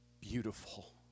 beautiful